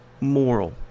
moral